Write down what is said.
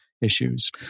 issues